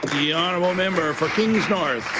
the honourable member for